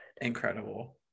Incredible